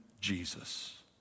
Jesus